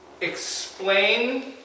Explain